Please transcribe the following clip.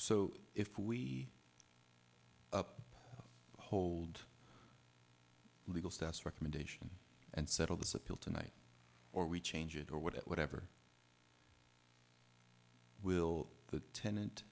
so if we up hold legal status recommendation and settle this appeal tonight or we change it or what it whatever will the tenant